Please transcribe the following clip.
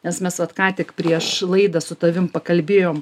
nes mes vat ką tik prieš laidą su tavim pakalbėjom